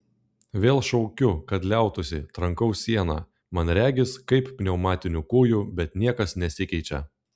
vėl šaukiu kad liautųsi trankau sieną man regis kaip pneumatiniu kūju bet niekas nesikeičia